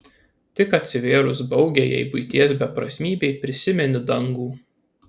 tik atsivėrus baugiajai buities beprasmybei prisimeni dangų